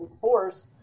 force